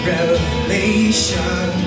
Revelation